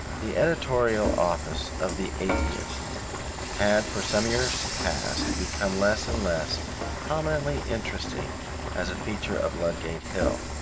the editorial office of the atheist had for some years past become less and less prominently interesting as a feature of ludgate hill.